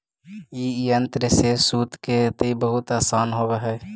ई यन्त्र से सूत के कताई बहुत आसान होवऽ हई